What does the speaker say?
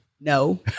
No